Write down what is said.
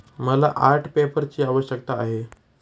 मला आर्ट पेपरची आवश्यकता आहे